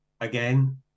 again